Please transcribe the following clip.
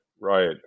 Right